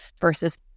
versus